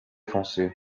foncé